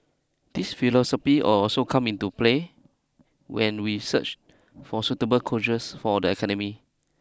this philosophy will also come into play when we search for suitable coaches for the academy